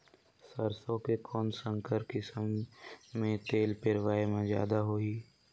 सरसो के कौन संकर किसम मे तेल पेरावाय म जादा होही?